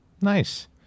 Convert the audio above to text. Nice